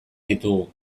ditugu